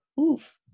oof